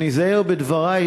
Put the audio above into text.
ואזהר בדברי,